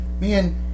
man